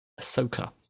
Ahsoka